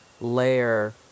layer